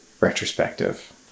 retrospective